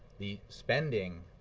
the spending